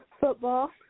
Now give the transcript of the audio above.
Football